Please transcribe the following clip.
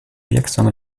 wirksame